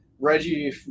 Reggie